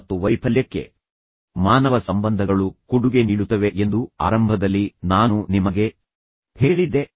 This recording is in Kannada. ಮತ್ತು ವೈಫಲ್ಯಕ್ಕೆ ಮಾನವ ಸಂಬಂಧಗಳು ಕೊಡುಗೆ ನೀಡುತ್ತವೆ ಎಂದು ಆರಂಭದಲ್ಲಿ ನಾನು ನಿಮಗೆ ಹೇಳಿದ್ದೆ